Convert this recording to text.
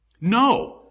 No